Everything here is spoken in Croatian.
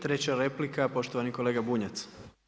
I treća replika poštovani kolega Bunjac.